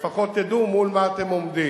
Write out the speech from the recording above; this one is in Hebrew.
ולפחות תדעו מול מה אתם עומדים.